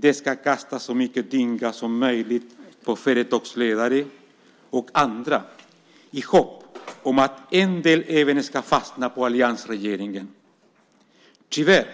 Det ska kastas så mycket dynga som möjligt på företagsledare och andra i hopp om att en del även ska fastna på alliansregeringen. Tyvärr